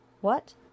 What